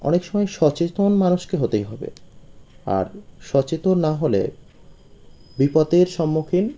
অনেক সময় সচেতন মানুষকে হতেই হবে আর সচেতন না হলে বিপদের সম্মুখীন